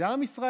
זה עם ישראל.